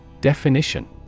definition